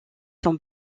sont